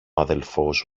αδελφός